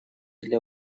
для